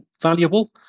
valuable